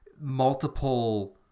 multiple